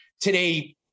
Today